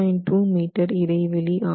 2 metre இடைவெளி ஆகும்